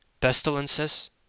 Pestilences